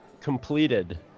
completed